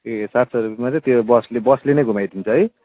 ए सात सय रुपे मात्रै त्यो बसले बसले नै घुमाइदिन्छ है